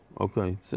Okay